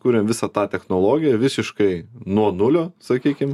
kuriam visą tą technologiją visiškai nuo nulio sakykim